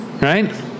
right